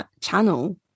channel